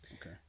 Okay